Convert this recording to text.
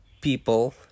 people